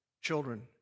children